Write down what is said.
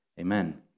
amen